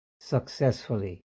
successfully